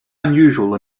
unusual